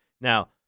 Now